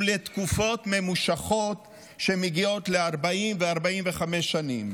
ולתקופות ממושכות שמגיעות ל-40 ו-45 שנים.